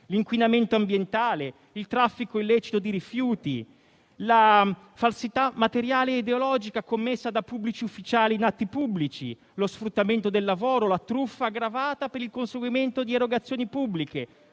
l'inquinamento ambientale, il traffico illecito di rifiuti, la falsità materiale e ideologica commessa da pubblici ufficiali in atti pubblici, lo sfruttamento del lavoro, la truffa aggravata per il conseguimento di erogazioni pubbliche,